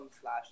slash